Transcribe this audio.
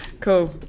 Cool